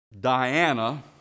Diana